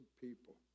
people